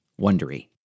wondery